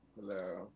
Hello